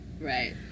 Right